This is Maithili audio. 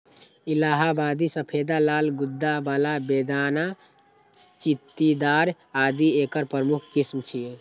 इलाहाबादी सफेदा, लाल गूद्दा बला, बेदाना, चित्तीदार आदि एकर प्रमुख किस्म छियै